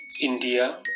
India